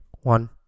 one